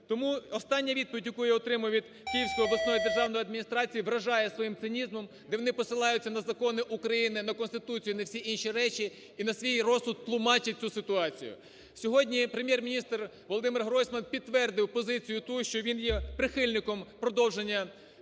Тому остання відповідь, які я отримав від Київської обласної державної адміністрації, вражає своїм цинізмом, де вони посилаються на Закони України та Конституцію, на всі інше речі, і на свій розсуд тлумачать цю ситуацію. Сьогодні Прем'єр-міністр Володимир Гройсман підтвердив позицію ту, що він є прихильником реформи продовження